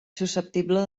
susceptible